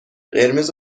قرمز